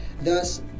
thus